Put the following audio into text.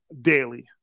daily